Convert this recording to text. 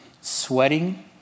sweating